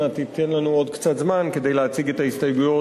אנא תן לנו עוד קצת זמן כדי להציג את ההסתייגויות